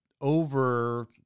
over